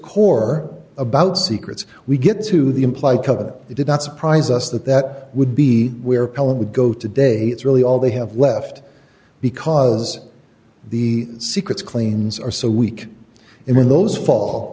core about secrets we get to the implied cover that they did not surprise us that that would be where pelham would go today it's really all they have left because the secrets cleans are so weak in those fall